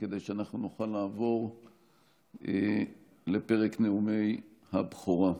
כדי שנוכל לעבור לפרק נאומי הבכורה.